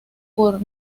por